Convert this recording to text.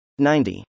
90